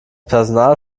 personal